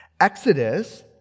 Exodus